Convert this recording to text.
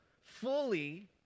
fully